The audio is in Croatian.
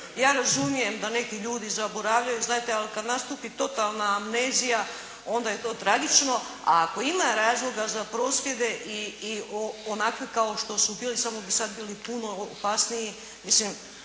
Ja razumijem da neki ljudi zaboravljaju, znajte ali kad nastupi totalna amnezija onda je to tragično. A ako ima razloga za prosvjede i onakve kao što su bili samo bi sada bili puno opasniji. Mislim